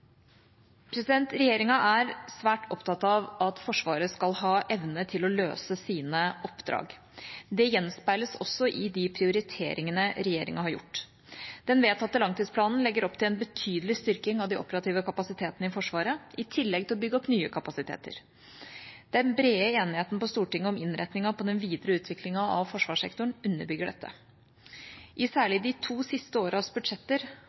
Regjeringa er svært opptatt av at Forsvaret skal ha evne til å løse sine oppdrag. Det gjenspeiles også i de prioriteringene regjeringa har gjort. Den vedtatte langtidsplanen legger opp til en betydelig styrking av de operative kapasitetene i Forsvaret, i tillegg til å bygge opp nye kapasiteter. Den brede enigheten på Stortinget om innretningen på den videre utviklingen av forsvarssektoren underbygger dette. I særlig de to siste årenes budsjetter